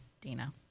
Dina